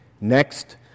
Next